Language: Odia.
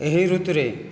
ଏହି ଋତୁରେ